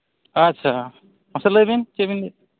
ᱟᱪᱪᱷᱟ ᱢᱟᱥᱮ ᱞᱟᱹᱭᱵᱤᱱ ᱪᱮᱫᱵᱤᱱ ᱞᱟᱹᱭ ᱮᱫᱟ